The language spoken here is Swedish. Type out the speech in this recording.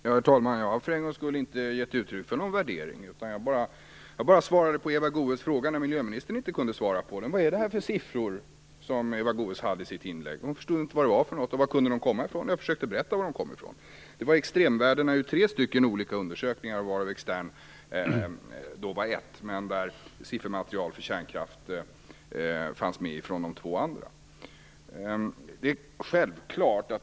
Herr talman! Jag har för en gångs skulle inte givit uttryck för någon värdering. Jag svarade bara på Eva Goës fråga när miljöministern inte kunde göra det. Vad var det för siffror hon hade i sitt inlägg? Hon förstod inte vad det var och var de kom ifrån. Jag försökte berätta var de kom ifrån. Det var extremvärdena ur tre olika undersökningar, varav Externprojektet var en. Siffermaterial för kärnkraft fanns med ifrån de övriga två.